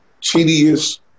tedious